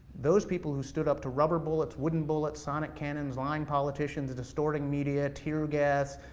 those people who stood up to rubber bullets, wooden bullets, sonic cannons, line politicians distorting media, tear gas,